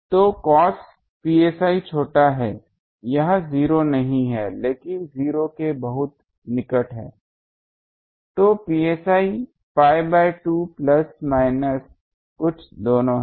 तो cos psi छोटा है यह 0 नहीं है लेकिन 0 के बहुत निकट तो psi pi by 2 plus minus कुछ दोनों है